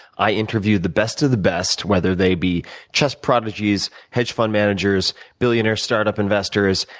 i interview the best of the best, whether they be chess prodigies, hedge fund managers, billionaire startup investors,